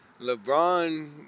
LeBron